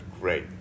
great